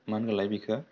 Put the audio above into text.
मा होनोमोनलाय बेखौ